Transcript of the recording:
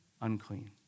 unclean